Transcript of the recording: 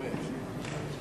באמת.